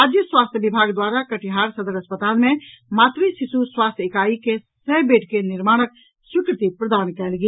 राज्य स्वास्थ्य विभाग द्वारा कटिहार सदर अस्पताल मे मातृ शिशु स्वास्थ्य इकाई के सय बैड के निर्माणक स्वीकृति प्रदान कयल गेल